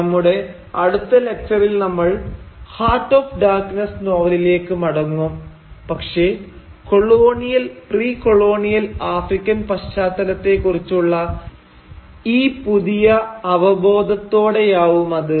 നമ്മുടെ അടുത്ത ലക്ച്ചറിൽ നമ്മൾ ഹാർട്ട് ഓഫ് ഡാർക്നെസ്സ് നോവലിലേക്ക് മടങ്ങും പക്ഷെ കൊളോണിയൽ പ്രീ കൊളോണിയൽ ആഫ്രിക്കൻ പശ്ചാത്തലത്തെക്കുറിച്ചുള്ള ഈ പുതിയ അവബോധത്തോടെയാവുമത്